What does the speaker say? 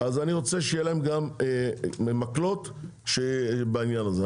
אז אני רוצה שיהיה להם גם מקלות בעניין הזה.